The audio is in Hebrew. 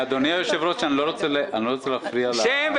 כן, בבקשה.